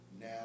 now